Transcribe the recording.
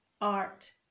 art